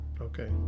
okay